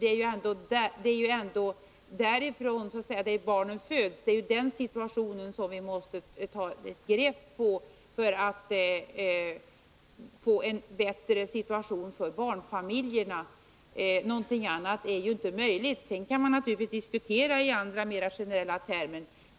Det är ändå där barnen växer upp så det är den situationen vi måste ta ett grepp på för att få en bättre utveckling för barnfamiljerna. Någonting annat är ju inte möjligt. Sedan kan man naturligtvis diskutera i andra, mer generella termer.